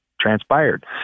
transpired